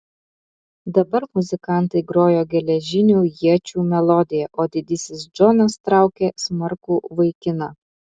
dabar muzikantai grojo geležinių iečių melodiją o didysis džonas traukė smarkų vaikiną